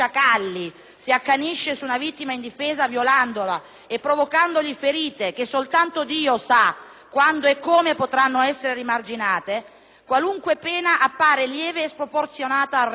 quando potranno essere riemarginate, qualunque pena appare lieve e sproporzionata al reato. Gli ultimi fatti di cronaca confermano quindi che la violenza fisica e sessuale rappresenta ancora oggi